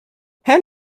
hand